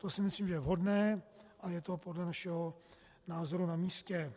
To si myslím, že je vhodné a je to podle našeho názoru na místě.